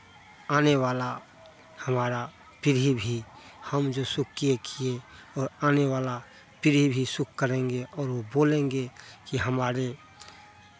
आने वाला हमारा पीढ़ी भी हम जो सुख किए किए और आने वाला पीढ़ी भी सुख करेंगे और वो बोलेंगे कि हमारे